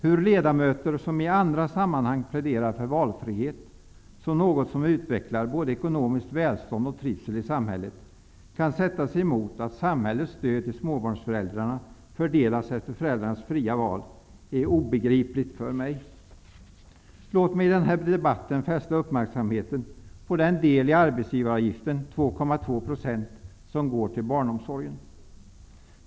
Hur ledamöter som i andra sammanhang pläderar för valfrihet som något som utvecklar både ekonomiskt välstånd och trivsel i samhället kan sätta sig emot att samhällets stöd till småbarnsföräldrarna fördelas efter föräldrarnas fria val är obegripligt för mig. Låt mig i den här debatten fästa uppmärksamhet på den del i arbetsgivareavgiften -- 2,2 %-- som går till barnomsorgen.